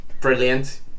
Brilliant